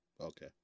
okay